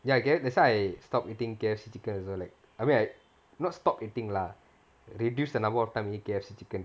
ya that's why I stop eating K_F_C chicken also like I mean I not stop eating lah reduce the number of time I eat K_F_C chicken